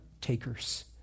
takers